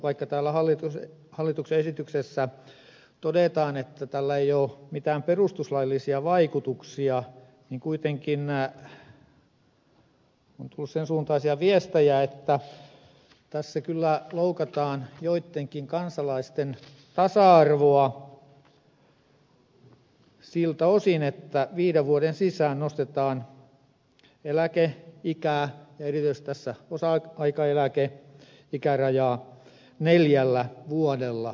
vaikka täällä hallituksen esityksessä todetaan että tällä ei ole mitään perustuslaillisia vaikutuksia niin kuitenkin on kentältä tullut sen suuntaisia viestejä että tässä kyllä loukataan joittenkin kansalaisten tasa arvoa siltä osin että viiden vuoden sisällä nostetaan eläkeikää ja erityisesti osa aikaeläkeikärajaa neljällä vuodella